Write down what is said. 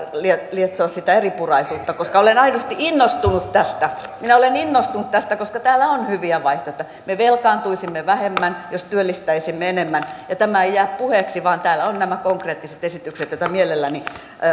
lietsoa sitä eripuraisuutta koska olen aidosti innostunut tästä minä olen innostunut tästä koska täällä on hyviä vaihtoehtoja me velkaantuisimme vähemmän jos työllistäisimme enemmän ja tämä ei jää puheeksi vaan täällä ovat nämä konkreettiset esitykset joita mielelläni